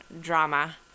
drama